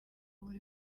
buri